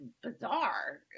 bizarre